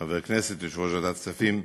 חבר כנסת ויושב-ראש ועדת הכספים,